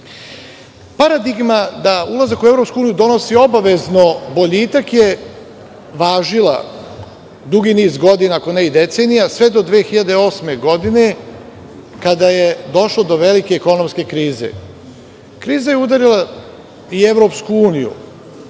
štetu. Paradigma da ulazak u EU donosi obavezno boljitak je važila dugi niz godina, ako ne i decenija sve do 2008. godine kada je došlo do velike ekonomske krize. Kriza je udarila i EU